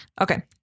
okay